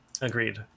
Agreed